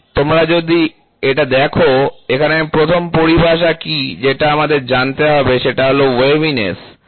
তাহলে তোমরা যদি এটা দেখো এখানে প্রথম পরিভাষা কি যেটা আমাদের জানতে হবে সেটা হল ওয়েভিনেস কি